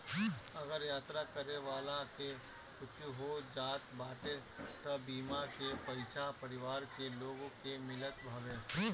अगर यात्रा करे वाला के कुछु हो जात बाटे तअ बीमा के पईसा परिवार के लोग के मिलत हवे